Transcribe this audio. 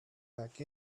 back